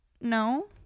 no